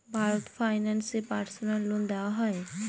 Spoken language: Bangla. ভারত ফাইন্যান্স এ পার্সোনাল লোন দেওয়া হয়?